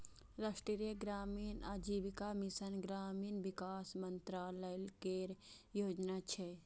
राष्ट्रीय ग्रामीण आजीविका मिशन ग्रामीण विकास मंत्रालय केर योजना छियै